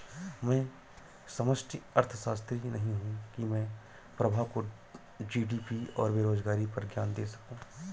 मैं समष्टि अर्थशास्त्री नहीं हूं की मैं प्रभा को जी.डी.पी और बेरोजगारी पर ज्ञान दे सकूं